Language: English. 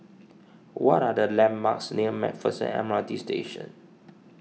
what are the landmarks near MacPherson M R T Station